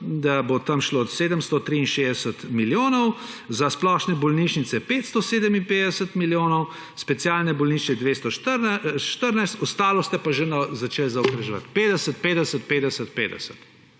da bo tam šlo 763 milijonov, za splošne bolnišnice 557 milijonov, specialne bolnišnice 214, ostalo ste pa že začeli zaokroževati, 50, 50, 50, 50.